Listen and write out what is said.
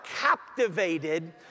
captivated